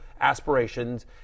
aspirations